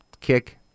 kick